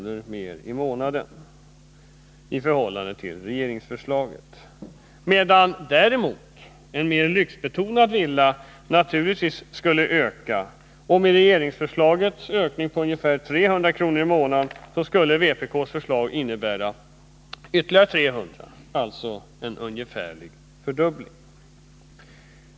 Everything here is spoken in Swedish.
högre i månaden än enligt regeringens förslag. Däremot skulle naturligtvis kostnaderna öka för en del lyxbetonade villor. Utöver regeringsförslagets ökning på ungefär 300 kr. i månaden skulle vpk:s förslag innebära ytterligare 300 kr. i månaden.